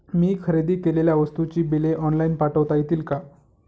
मी खरेदी केलेल्या वस्तूंची बिले ऑनलाइन पाठवता येतील का?